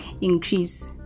increase